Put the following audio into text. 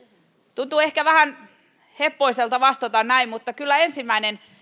tuntuu ehkä vähän heppoiselta vastata näin mutta kyllä ensimmäinen